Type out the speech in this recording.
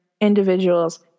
individuals